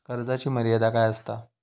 कर्जाची मर्यादा काय असता?